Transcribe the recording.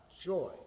joy